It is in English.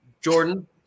Jordan